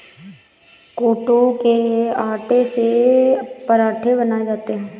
कूटू के आटे से पराठे बनाये जाते है